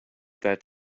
that